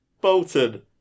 Bolton